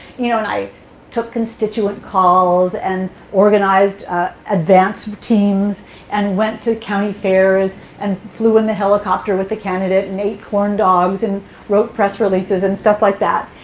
you know, and i took constituent calls and organized advance teams and went to county fairs and flew in the helicopter with the candidate and ate corn dogs and wrote press releases and stuff like that.